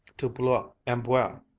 to blois, amboise,